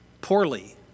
poorly